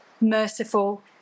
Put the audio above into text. merciful